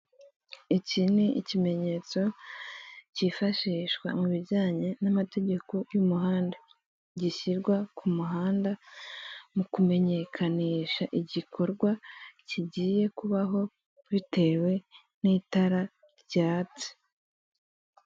Ubu ni uburyo bwiza buri mu Rwanda kandi bumazemo igihe, buzwi nka manigaramu cyangwa wesiterini yuniyoni ubu buryo rero bumaze igihe bufasha abantu kohereza amafaranga mu mahanga cyangwa kubikuza amafaranga bohererejwe n'umuntu uri mu mahanga mu buryo bwiza kandi bwihuse, kandi bufite umutekano k'uko bimenyerewe hano mu urwanda.